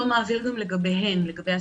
הוא גם לא מעביר אישורים לגבי הסייעות.